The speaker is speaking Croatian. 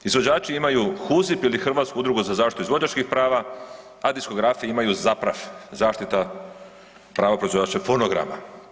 Izvođači imaju HUZIP ili Hrvatsku udrugu za zaštitu izvođačkih prava, a diskografi imaju ZAPRAF, zaštita prava proizvođača fonograma.